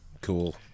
Cool